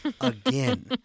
again